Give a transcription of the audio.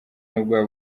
n’ubwoba